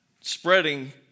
spreading